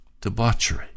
Debauchery